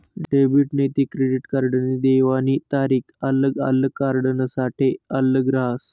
debit नैते credit कार्डनी देवानी तारीख आल्लग आल्लग कार्डसनासाठे आल्लग रहास